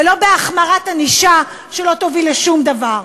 ולא החמרת ענישה שלא תוביל לשום דבר.